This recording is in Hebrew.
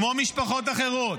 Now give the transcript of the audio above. כמו משפחות אחרות,